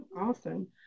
Awesome